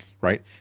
right